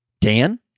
Dan